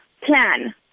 plan